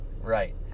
Right